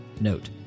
Note